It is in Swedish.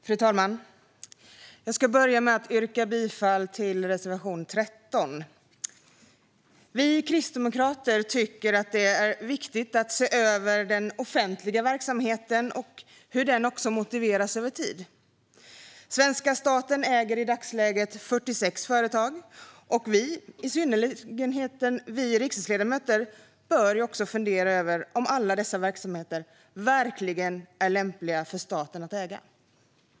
Fru talman! Jag ska börja med att yrka bifall till reservation 13. Vi kristdemokrater tycker att det är viktigt att se över den offentliga verksamheten och hur den motiveras över tid. Svenska staten äger i dagsläget 46 företag, och vi, i synnerhet vi riksdagsledamöter, bör fundera över om alla dessa verksamheter verkligen är lämpliga för staten att äga.